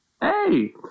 Hey